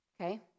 Okay